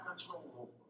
control